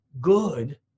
good